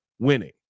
Winning